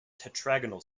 tetragonal